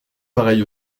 pareil